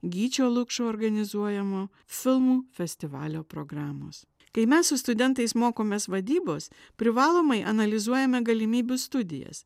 gyčio lukšo organizuojamo filmų festivalio programos kai mes su studentais mokomės vadybos privalomai analizuojame galimybių studijas